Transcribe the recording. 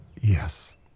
Yes